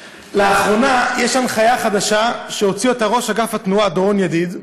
לאחרונה יש הנחיה חדשה שהוציא ראש אגף התנועה דורון ידיד: